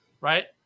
right